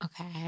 Okay